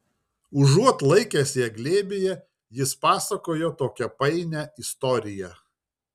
užuot laikęs ją glėbyje jis pasakojo tokią painią istoriją